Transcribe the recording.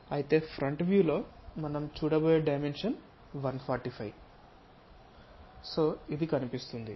అయితే front view లో మనం చూడబోయే డైమెన్షన్ 145 సొ ఇది కనిపిస్తుంది